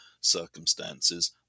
circumstances